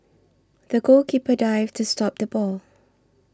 the goalkeeper dived to stop the ball